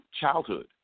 childhood